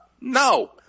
No